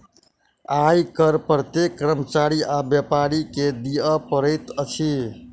आय कर प्रत्येक कर्मचारी आ व्यापारी के दिअ पड़ैत अछि